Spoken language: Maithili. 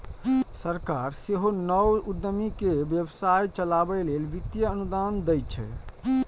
सरकार सेहो नव उद्यमी कें व्यवसाय चलाबै लेल वित्तीय अनुदान दै छै